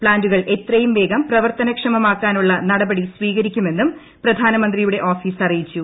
പ്താൻറുകൾ എത്രയും വേഗം പ്രവർത്തനക്ഷമമാക്കാനുള്ള നടപടി സ്വീകരിക്കുമെന്നും പ്രധാനമന്ത്രിയുടെ ഓഫീസ് അറിയിച്ചു